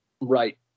Right